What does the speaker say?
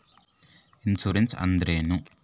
Insurance ಅಂದ್ರೇನು?